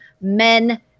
men